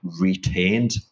Retained